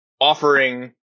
offering